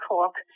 Cork